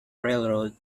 railroad